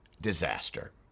disaster